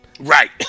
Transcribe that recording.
Right